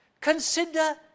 Consider